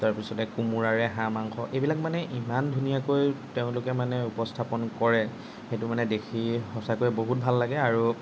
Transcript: তাৰপাছতে কোমোৰাৰে হাঁহ মাংস এইবিলাক মানে ইমান ধুনীয়াকৈ তেওঁলোকে মানে উপস্থাপন কৰে সেইটো মানে দেখি সঁচাকৈ বহুত ভাল লাগে আৰু